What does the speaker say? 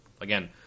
again